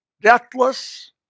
deathless